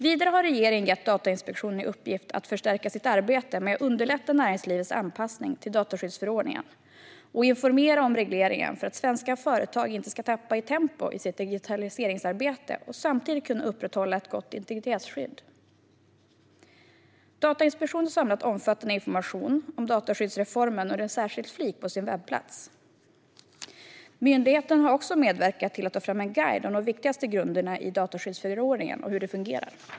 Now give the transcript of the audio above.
Vidare har regeringen gett Datainspektionen i uppdrag att förstärka sitt arbete med att underlätta näringslivets anpassning till dataskyddsförordningen och informera om regleringen för att svenska företag inte ska tappa tempo i sitt digitaliseringsarbete och samtidigt kunna upprätthålla ett gott integritetsskydd. Datainspektionen har samlat omfattande information om dataskyddsreformen under en särskild flik på sin webbplats. Myndigheten har också medverkat till att ta fram en guide om de viktigaste grunderna i dataskyddsförordningen och hur den fungerar.